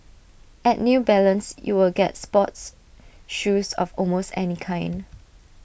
at new balance you will get sports shoes of almost any kind